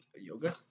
yoga